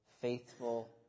faithful